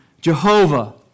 Jehovah